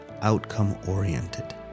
outcome-oriented